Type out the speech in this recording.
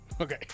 Okay